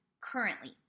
currently